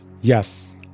Yes